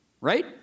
right